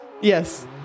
Yes